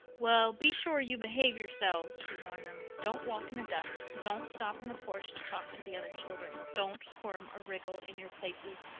well, be sure you behave yourselves, she warned them. don't walk in the dust. don't stop in the porch to talk to the other children. don't squirm or wriggle in your places.